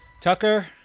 Tucker